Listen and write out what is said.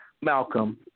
Malcolm